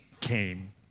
came